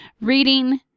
reading